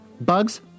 Bugs